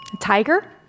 Tiger